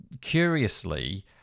curiously